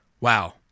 Wow